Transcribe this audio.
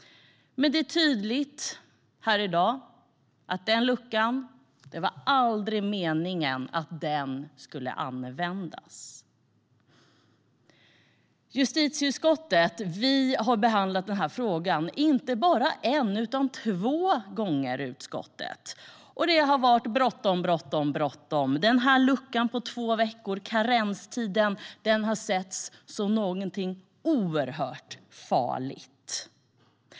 Men här i dag är det tydligt att det aldrig var meningen att den luckan skulle användas. Justitieutskottet har behandlat den här frågan inte bara en gång utan två gånger i utskottet. Det har varit bråttom, bråttom - luckan på två veckor, karenstiden, har setts som något oerhört farligt.